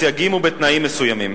בסייגים ובתנאים מסוימים.